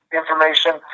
information